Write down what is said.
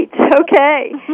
Okay